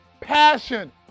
passion